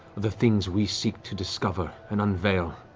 of the things we seek to discover and unveil,